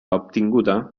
obtinguda